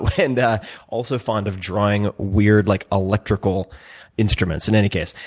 was and also fond of drawing weird like electrical instruments. in any case,